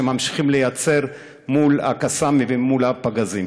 שהם ממשיכים לייצר מול ה"קסאמים" ומול הפגזים.